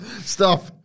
Stop